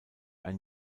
ein